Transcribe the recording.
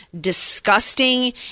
disgusting